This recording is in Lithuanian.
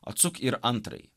atsuk ir antrąjį